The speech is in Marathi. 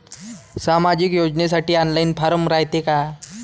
सामाजिक योजनेसाठी ऑनलाईन फारम रायते का?